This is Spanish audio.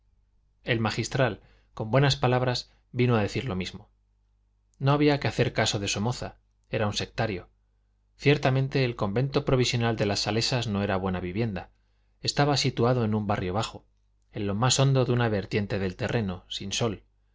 el magistral con buenas palabras vino a decir lo mismo no había que hacer caso de somoza era un sectario ciertamente el convento provisional de las salesas no era buena vivienda estaba situado en un barrio bajo en lo más hondo de una vertiente del terreno sin sol